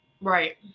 right